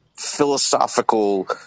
philosophical